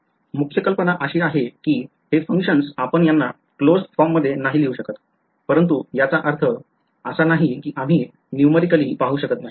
मुख्य कल्पना अशी आहे की हे functions आपण त्यांना क्लोज्ड फॉर्म मध्ये नाही लिहू शकत परंतु याचा अर्थ असा नाही की आम्ही numerically पाहू शकत नाही